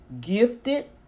gifted